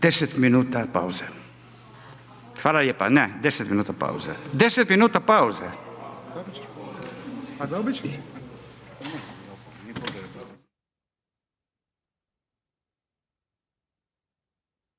10 minuta je pauza. Hvala lijepa, ne, 10 minuta pauze, 10 minuta pauze.